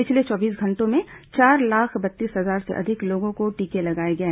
पिछले चौबीस घंटों में चार लाख बत्तीस हजार से अधिक लोगों को टीके लगाए गए